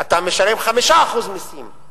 אתה משלם 5% מסים,